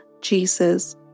Jesus